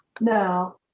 No